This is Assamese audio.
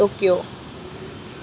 টকিঅ'